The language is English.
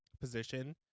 position